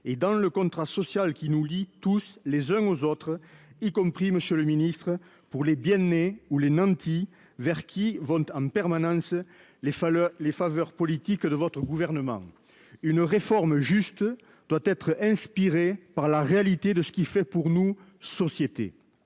et dans le contrat social qui nous lie tous les uns aux autres, y compris, Monsieur le Ministre pour les bien nés, où les nantis vers qui vont en permanence les valeurs les faveurs politique de votre gouvernement une réforme juste doit être inspiré par la réalité de ce qu'il fait pour nous, société